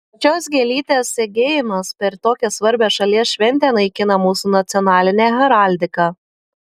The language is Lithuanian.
šios gėlytės segėjimas per tokią svarbią šalies šventę naikina mūsų nacionalinę heraldiką